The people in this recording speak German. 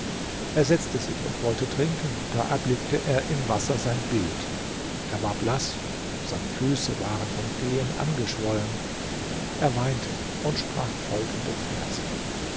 er setzte sich und wollte trinken da erblickte er im wasser sein bild er war blaß und seine füße waren vom gehen angeschwollen er weinte und sprach folgende verse